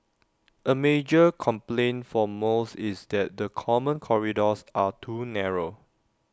A major complaint for most is that the common corridors are too narrow